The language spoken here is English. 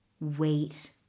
Wait